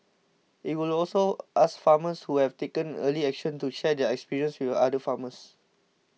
it will also ask farmers who have taken early action to share their experience with other farmers